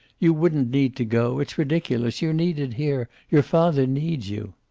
you wouldn't need to go. it's ridiculous. you're needed here. your father needs you.